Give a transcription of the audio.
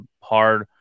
hard